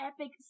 epic